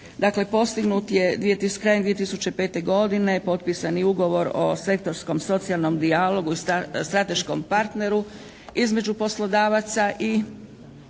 Dakle, postignut je krajem 2005. godine potpisani ugovor o sektorskom, socijalnom dijalogu, strateškom partneru između poslodavaca i